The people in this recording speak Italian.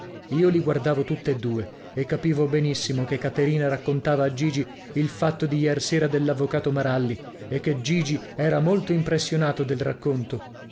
io li guardavo tutt'e due e capivo benissimo che caterina raccontava a gigi il fatto di iersera dell'avvocato maralli e che gigi era molto impressionato del racconto